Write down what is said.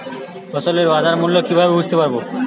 ফসলের বাজার মূল্য কিভাবে বুঝতে পারব?